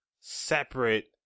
separate